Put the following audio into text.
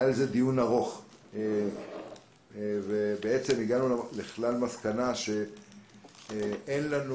היה על זה דיון ארוך והגענו למסקנה שאין לנו